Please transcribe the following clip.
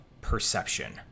perception